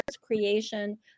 creation